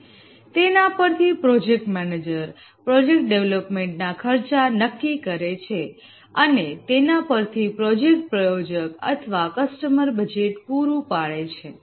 અને તેના પરથી પ્રોજેક્ટ મેનેજર પ્રોજેક્ટ ડેવલપમેન્ટના ખર્ચ નક્કી કરે છે અને તેના પરથી પ્રોજેક્ટના પ્રાયોજક અથવા કસ્ટમર બજેટ પૂરું પાડે છે